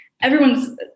everyone's